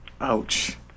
Ouch